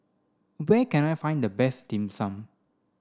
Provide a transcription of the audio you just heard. where can I find the best dim sum